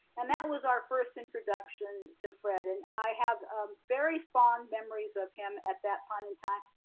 and that was our first introduction to fred. and i have very fond memories of him at that point in time.